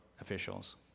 officials